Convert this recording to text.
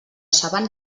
saben